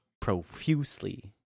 Profusely